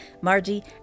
Margie